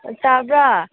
ꯑꯣ ꯇꯥꯕ꯭ꯔꯥ